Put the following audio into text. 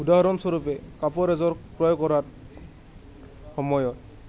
উদাহৰণস্বৰূপে কাপোৰ এযোৰ ক্ৰয় কৰাত সময়ত